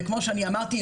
וכמו שאמרתי,